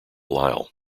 lyle